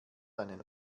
einen